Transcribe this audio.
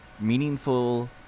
meaningful